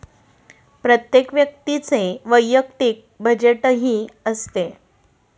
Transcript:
प्रत्येक व्यक्तीचे वैयक्तिक बजेटही असते